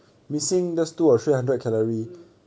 mm